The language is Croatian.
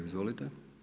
Izvolite.